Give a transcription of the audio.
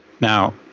Now